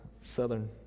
Southern